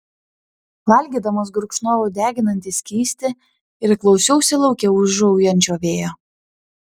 valgydamas gurkšnojau deginantį skystį ir klausiausi lauke ūžaujančio vėjo